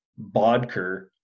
bodker